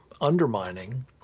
undermining